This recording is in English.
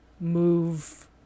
move